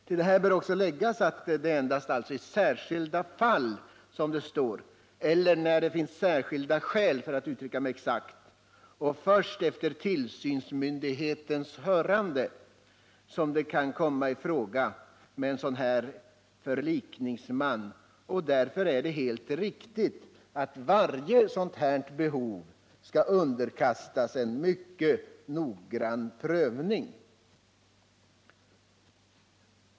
Till detta bör läggas att det endast är i särskilda fall eller när det finns särskilda skäl, och först efter tillsynsmyndighetens hörande, som det kan bli aktuellt med en sådan här förlikningsman. Därför är det helt riktigt att varje sådant här behov måste Nr 141 underkastas en mycket noggrann prövning.